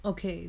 okay